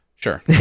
Sure